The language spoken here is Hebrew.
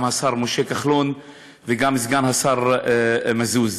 גם השר משה כחלון וגם סגן השר מזוז.